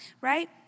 right